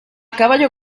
caballo